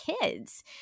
kids